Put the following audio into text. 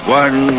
one